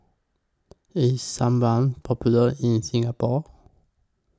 IS Sebamed Popular in Singapore